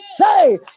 say